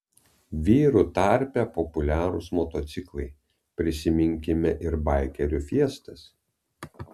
vyrų tarpe populiarūs motociklai prisiminkime ir baikerių fiestas